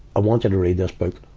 i want you to read this book,